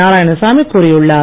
நாராயணசாமி கூறியுள்ளார்